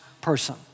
person